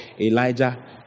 Elijah